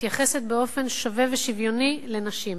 מתייחסת באופן שווה ושוויוני לנשים